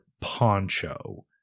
poncho